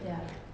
ya